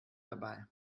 dabei